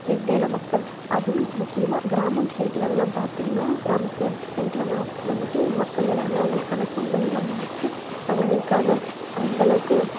அதிகப்படியான மக்கள் அதுவும் முக்கியமா கிராமம் சைடில் அதெல்லாம் பார்த்தீங்கனா கிராமத்து சைடுலலாம் வந்துட்டு மக்கள் எல்லோருமே அவங்களுக்கான சொந்த நிலம் வச்சு அவங்களுக்கான அந்த அளவுக்கு